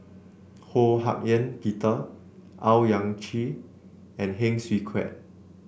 Ho Hak Ean Peter Owyang Chi and Heng Swee Keat